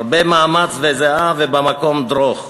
הרבה מאמץ וזיעה ו"במקום דרוך".